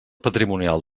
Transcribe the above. patrimonial